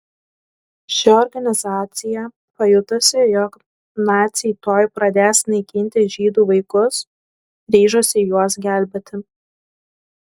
ši organizacija pajutusi jog naciai tuoj pradės naikinti žydų vaikus ryžosi juos gelbėti